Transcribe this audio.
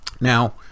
now